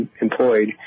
employed